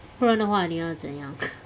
不然的话你要怎样